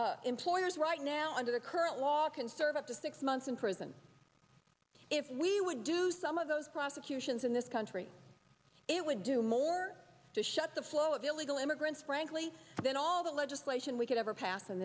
you employers right now under current law can serve up to six months in prison if we would do some of those prosecutions in this country it would do more to shut the flow of illegal immigrants frankly than all the legislation we could ever pass